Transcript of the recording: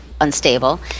unstable